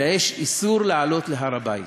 אלא יש איסור לעלות להר-הבית.